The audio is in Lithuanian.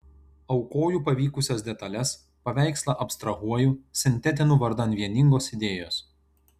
aukoju pavykusias detales paveikslą abstrahuoju sintetinu vardan vieningos idėjos